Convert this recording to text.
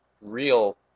real